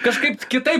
kažkaip kitaip